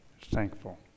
thankful